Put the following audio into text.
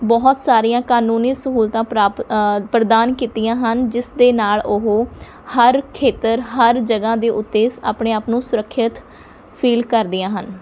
ਬਹੁਤ ਸਾਰੀਆਂ ਕਾਨੂੰਨੀ ਸਹੂਲਤਾਂ ਪ੍ਰਾਪ ਪ੍ਰਦਾਨ ਕੀਤੀਆਂ ਹਨ ਜਿਸ ਦੇ ਨਾਲ਼ ਉਹ ਹਰ ਖੇਤਰ ਹਰ ਜਗ੍ਹਾਂ ਦੇ ਉੱਤੇ ਆਪਣੇ ਆਪ ਨੂੰ ਸੁਰੱਖਿਅਤ ਫ਼ੀਲ ਕਰਦੀਆਂ ਹਨ